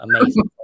amazing